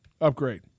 upgrade